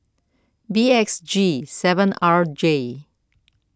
B X G seven R J